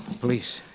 Police